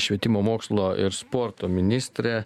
švietimo mokslo ir sporto ministrė